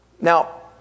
Now